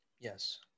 Yes